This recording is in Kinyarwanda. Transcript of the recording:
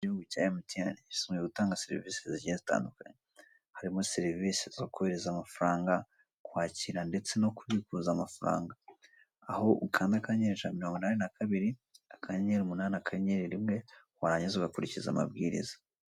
ikigo cya MTN Serivise zigiye zitandukanye harimo serivise zo kohereza amafaranga kwakira ndetse no kubikuza amafaranga aho ukanda akanyenyeri ijana na mirongo inani na kabiri akanyenyeri umunani akanyenyeri rimwe warangiza ugakurikiza amabwiriza.